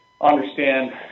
understand